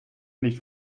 nicht